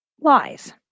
lies